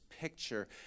picture